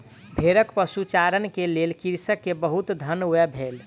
भेड़क पशुचारण के लेल कृषक के बहुत धन व्यय भेल